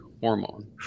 hormone